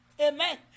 Amen